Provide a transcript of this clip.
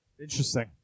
Interesting